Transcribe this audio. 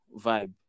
vibe